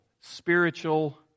Spiritual